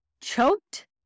choked